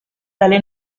tale